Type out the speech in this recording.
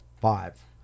five